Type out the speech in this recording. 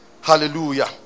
Hallelujah